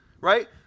right